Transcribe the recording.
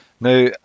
Now